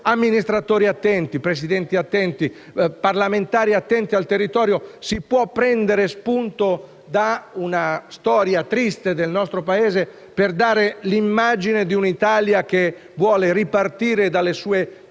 amministratori attenti, presidenti attenti, parlamentari attenti al territorio; si può prendere spunto da una storia triste del nostro Paese per dare l'immagine di un'Italia che vuole ripartire dalle sue